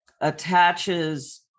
attaches